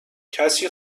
کسی